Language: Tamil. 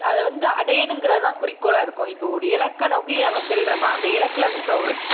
அதை வந்து அடையணுங்கிறதுதான் குறிக்கோளாக இருக்கும் இப்போது ஒரு இலக்கை நோக்கி நம்ம செல்றோம்னா அந்த இலக்கில் வந்து இப்போது ஒரு